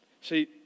See